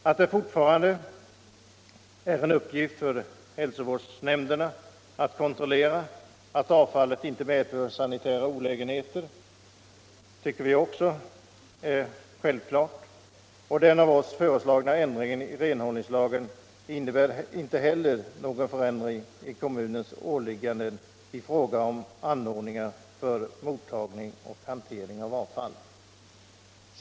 Att det fortfarande är en uppgift för hälsovårdsnämnderna att kontrollera att avfallet inte medför sanitära olägenheter tycker vi också är självklart. Den av oss föreslagna ändringen i renhållningslagen innebär inte heller någon förändring i kommunens åligganden i fråga om anordningar för mottagande och hantering av avfall.